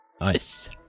Nice